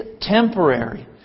temporary